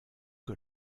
que